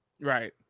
Right